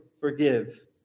forgive